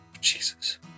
Jesus